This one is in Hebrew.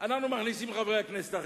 אנחנו מכניסים חברי כנסת אחרים.